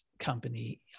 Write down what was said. company